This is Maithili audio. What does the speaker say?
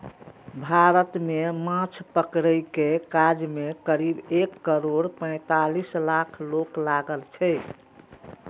भारत मे माछ पकड़ै के काज मे करीब एक करोड़ पैंतालीस लाख लोक लागल छै